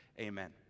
Amen